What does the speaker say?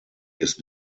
ist